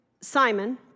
Simon